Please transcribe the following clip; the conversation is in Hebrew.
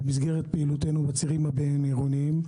במסגרת פעילותינו בצירים הבין-עירוניים,